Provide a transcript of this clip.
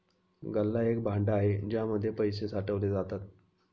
गल्ला एक भांड आहे ज्याच्या मध्ये पैसे साठवले जातात